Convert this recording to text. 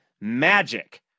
magic